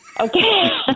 Okay